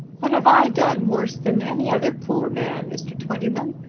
what have i done worse than any other poor man, mr. twentyman?